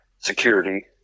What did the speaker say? security